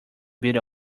build